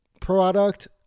product